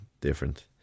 different